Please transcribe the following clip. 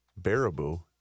Baraboo